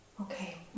Okay